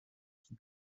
qui